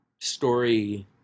story